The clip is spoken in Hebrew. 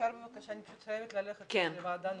אני צריכה ללכת לוועדה נוספת.